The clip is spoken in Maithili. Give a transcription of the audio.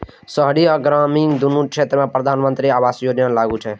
शहरी आ ग्रामीण, दुनू क्षेत्र मे प्रधानमंत्री आवास योजना लागू छै